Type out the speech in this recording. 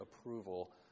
approval